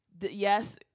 yes